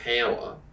power